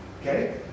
Okay